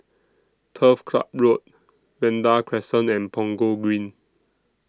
Turf Club Road Vanda Crescent and Punggol Green